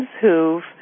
who've